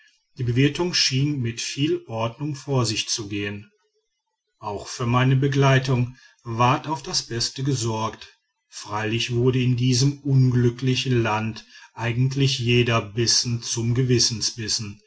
die bewirtung schien mit vieler ordnung vor sich zu gehen auch für meine begleitung ward auf das beste gesorgt freilich wurde in diesem unglücklichen land eigentlich jeder bissen zum gewissensbiß